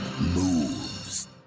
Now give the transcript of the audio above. moves